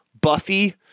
Buffy